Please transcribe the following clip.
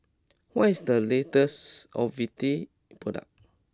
what is the latest O V T product